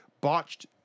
botched